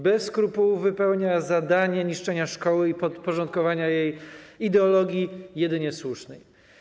Bez skrupułów wypełnia zadanie niszczenia szkoły i podporządkowania jej ideologii jedynie słusznej.